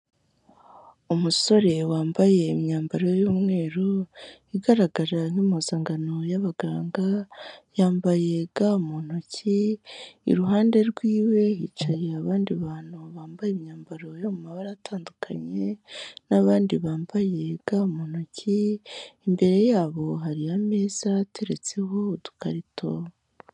Umusore wambaye imyambaro y'umweru, igaragara nk'impuzankano y'abaganga. Yambaye ga mu ntoki, iruhande rw'iwe hicaye abandi bantu bambaye imyambaro yo mu mabara atandukanye n'abandi bambaye ga mu ntoki imbere yabo hari ameza ateretseho udukarito.